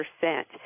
percent